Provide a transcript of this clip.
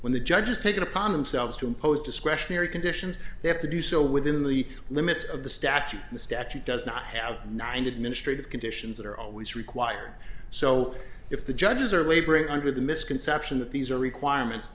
when the judges take it upon themselves to impose discretionary conditions they have to do so within the limits of the statute the statute does not have nine and ministry of conditions that are always required so if the judges are laboring under the misconception that these are requirements